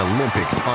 Olympics